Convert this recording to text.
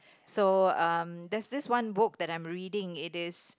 so um there's this one book that I'm reading it is